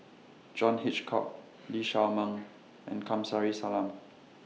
John Hitchcock Lee Shao Meng and Kamsari Salam